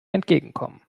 entgegenkommen